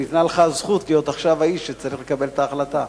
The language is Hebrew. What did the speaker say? וניתנה לך הזכות להיות עכשיו האיש שצריך לקבל את ההחלטה.